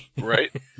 Right